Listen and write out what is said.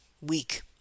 week